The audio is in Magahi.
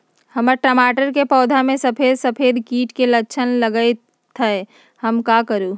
हमर टमाटर के पौधा में सफेद सफेद कीट के लक्षण लगई थई हम का करू?